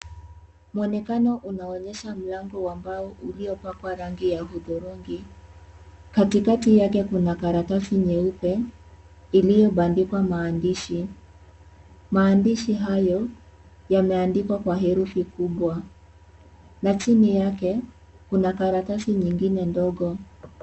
Muonekano unaoonyesha mlango wa mbao uliopakwa rangi ya hudhurungi. Katikati yake kuna karatasi nyeupe iliyobandikwa maandishi. Maandishi hayo yameandikwa kwa herufi kubwa. Chini yake kuna karatasi nyingine ndogo.